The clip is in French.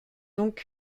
donc